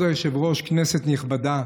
כבוד היושב-ראש, כנסת נכבדה,